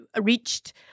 reached